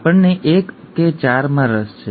આપણને ૧ કે ૪ માં રસ છે